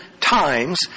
times